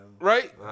right